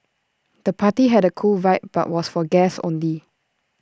the party had A cool vibe but was for guests only